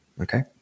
Okay